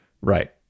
Right